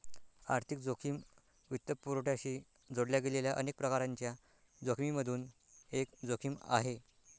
आर्थिक जोखिम वित्तपुरवठ्याशी जोडल्या गेलेल्या अनेक प्रकारांच्या जोखिमिमधून एक जोखिम आहे